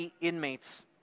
inmates